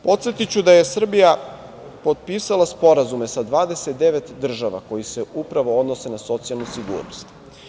Podsetiću da je Srbija potpisala sporazume sa 29 država koji se upravo odnose na socijalnu sigurnost.